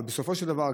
אבל בסופו של דבר,